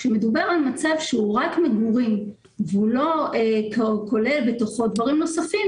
כאשר מדובר על מצב שהוא רק מגורים והוא לא כולל בתוכו דברים נוספים,